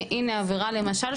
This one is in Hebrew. הנה עבירה למשל,